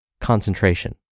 concentration